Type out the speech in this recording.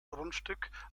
grundstück